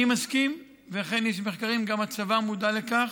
אני מסכים, וכן יש מחקרים, גם הצבא מודע לכך,